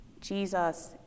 Jesus